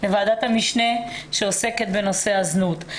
לוועדת המשנה שעוסקת בנושא הזנות.